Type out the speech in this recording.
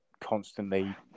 constantly